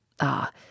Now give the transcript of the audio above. Ah